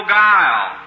guile